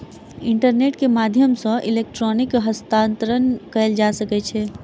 internet के माध्यम सॅ इलेक्ट्रॉनिक हस्तांतरण कयल जा सकै छै